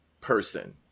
person